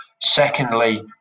secondly